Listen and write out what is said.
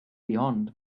beyond